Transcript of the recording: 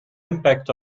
impact